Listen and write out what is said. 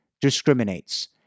discriminates